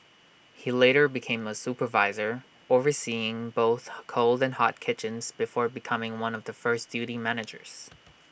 he later became A supervisor overseeing both the cold and hot kitchens before becoming one of the first duty managers